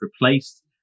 replaced